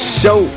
show